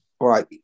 Right